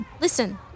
Listen